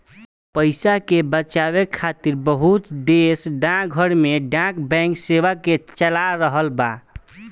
पइसा के बचावे खातिर बहुत देश डाकघर में डाक बैंक सेवा के चला रहल बा